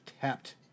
tapped